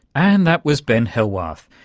and that was ben hellwarth.